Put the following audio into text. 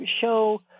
show